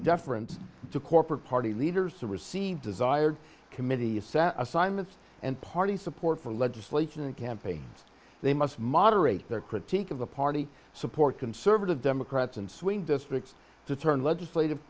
deference to corporate party leaders to receive desired committee sat assignments and party support for legislation and campaign they must moderate their critique of the party support conservative democrats and swing districts to turn legislative